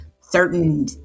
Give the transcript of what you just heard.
certain